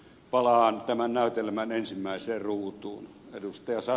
palaan tämän näytelmän ensimmäiseen ruutuun ed